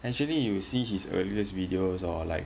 actually you will see his earliest videos hor like